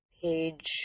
page